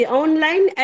online